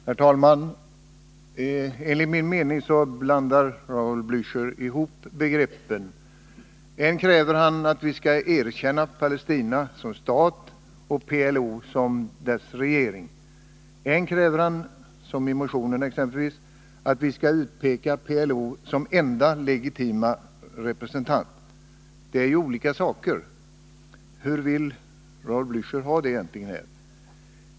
Herr talman! Enligt min mening blandar Raul Blächer ihop begreppen. Än kräver han att vi skall erkänna Palestina som stat och PLO som dess regering, än kräver han — som i motionen — att vi skall utpeka PLO som enda legitima representant för det palestinska folket. Det är ju olika saker. Hur vill Raul Blächer egentligen ha det?